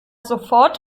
sofort